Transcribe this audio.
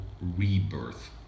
Rebirth